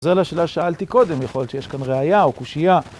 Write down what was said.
זה על השאלה ששאלתי קודם, יכול להיות שיש כאן ראייה או קושייה.